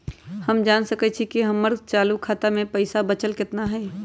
हम जान सकई छी कि हमर चालू खाता में पइसा बचल कितना हई